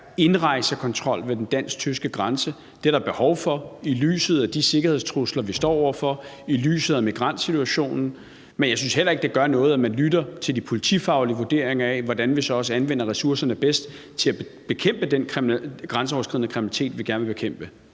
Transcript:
stærk indrejsekontrol ved den dansk-tyske grænse. Det er der behov for set i lyset af de sikkerhedstrusler, vi står over for, og i lyset af migrantsituationen. Men jeg synes heller ikke, det gør noget, at man lytter til de politifaglige vurderinger af, hvordan vi så også anvender ressourcerne bedst til at bekæmpe den grænseoverskridende kriminalitet, vi gerne vil bekæmpe.